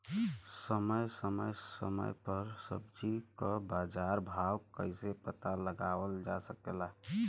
समय समय समय पर सब्जी क बाजार भाव कइसे पता लगावल जा सकेला?